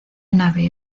nave